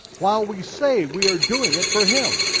while we say we are doing it for him.